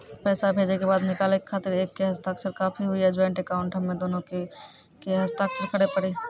पैसा भेजै के बाद निकाले के खातिर एक के हस्ताक्षर काफी हुई या ज्वाइंट अकाउंट हम्मे दुनो के के हस्ताक्षर करे पड़ी?